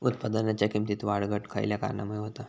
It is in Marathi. उत्पादनाच्या किमतीत वाढ घट खयल्या कारणामुळे होता?